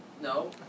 No